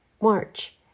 March